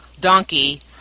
donkey